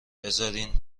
بذارین